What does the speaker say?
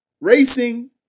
racing